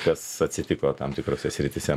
kas atsitiko tam tikrose srityse